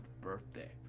birthday